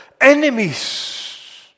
Enemies